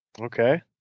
Okay